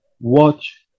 watch